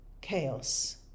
chaos